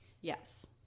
Yes